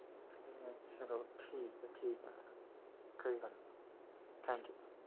चलो ठीक ऐ ठीक ऐ ठीक ऐ थैंक्यू मैम ठीक ऐ